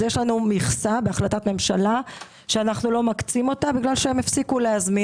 יש לנו מכסה בהחלטת ממשלה שאנחנו לא מקצים בגלל שהם הפסיקו להזמין.